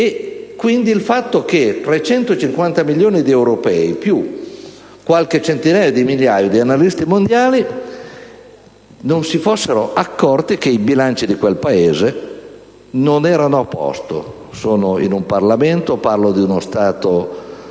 il fatto che 350 milioni di europei, più qualche centinaio di migliaia di analisti mondiali, non si erano accorti che i bilanci di quel Paese non erano a posto (sono in Parlamento e, parlando di un altro